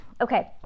Okay